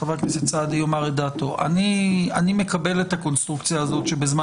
חבר הכנסת סעדי יאמר את דעתו - מקבל את הקונסטרוקציה הזאת שבזמן